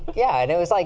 yeah, and it was, like,